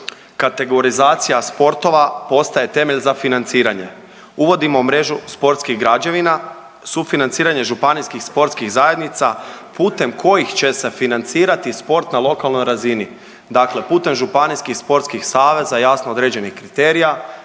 kategorizacija sportova postaje temelj za financiranje, uvodimo mrežu sportskih građevina, sufinanciranje županijskih sportskih zajednica putem kojih će se financirati sport na lokalnoj razini. Dakle, putem županijskih sportskih saveza jasno određenih kriterija